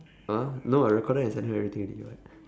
!huh! no I recorded and sent her everything already [what]